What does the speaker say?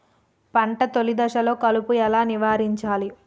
పంట తొలి దశలో కలుపు ఎలా నివారించాలి?